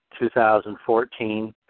2014